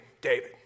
David